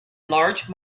large